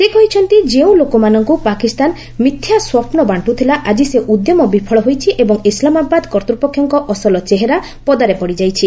ସେ କହିଛନ୍ତି ଯେଉଁ ଲୋକମାନଙ୍କୁ ପାକିସ୍ତାନ ମିଥ୍ୟା ସ୍ୱପ୍ନ ବାଷ୍ଟୁଥିଲା ଆଜି ସେ ଉଦ୍ୟମ ବିଫଳ ହୋଇଛି ଏବଂ ଇସ୍ଲାମାବାଦ କର୍ତ୍ତୃପକ୍ଷଙ୍କ ଅସଲ ଚେହେରା ପଦାରେ ପଡ଼ିଯାଇଛି